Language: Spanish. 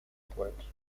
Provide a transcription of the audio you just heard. juegos